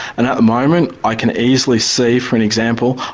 and at the moment i can easily see for and example,